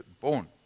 born